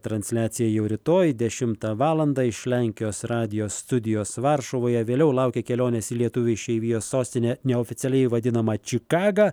transliacija jau rytoj dešimtą valandą iš lenkijos radijo studijos varšuvoje vėliau laukia kelionės į lietuvių išeivijos sostinę neoficialiai vadinamą čikagą